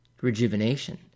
rejuvenation